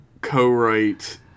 co-write